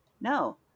No